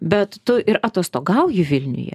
bet tu ir atostogauji vilniuje